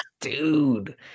dude